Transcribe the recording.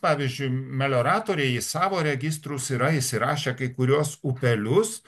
pavyzdžiui melioratoriai į savo registrus yra įsirašę kai kuriuos upelius